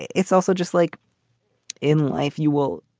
it's also just like in life you will.